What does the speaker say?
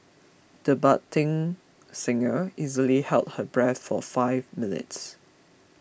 the budding singer easily held her breath for five minutes